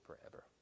forever